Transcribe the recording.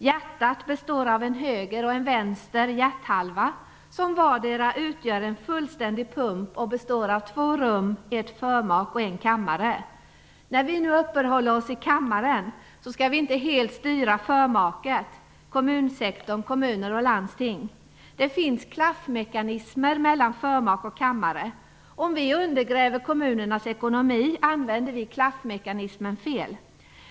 Hjärtat består av en höger och en vänster hjärthalva som vardera utgör en fullständig pump och består av två rum, ett förmak och en kammare. När vi nu uppehåller oss i kammaren skall vi inte helt styra förmaket, dvs. kommunsektorn - kommuner och landsting. Det finns klaffmekanismer mellan förmak och kammare. Om vi undergräver kommunernas ekonomi använder vi klaffmekanismen fel.